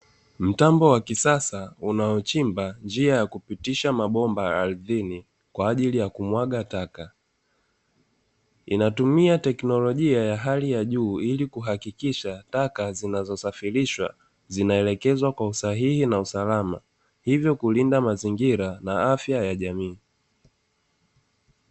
Mtambo wa kisasa unaochimba njia ya kupitisha mabomba ardhini, kwa ajili ya kumwaga taka. Inatumia teknolojia ya hali ya juu, ili kuhakikisha taka zinazosafirishwa zinaelekezwa kwa usahihi na usalama, hivyo kulinda mazingira na afya ya jamii.